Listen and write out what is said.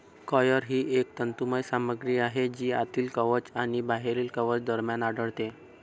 coir ही एक तंतुमय सामग्री आहे जी आतील कवच आणि बाहेरील कवच दरम्यान आढळते